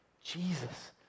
Jesus